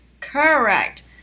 Correct